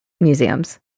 museums